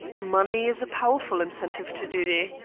money is a powerful incentive to duty,